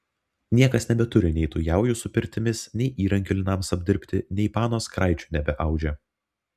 niekas nebeturi nei tų jaujų su pirtimis nei įrankių linams apdirbti nei panos kraičių nebeaudžia